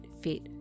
fit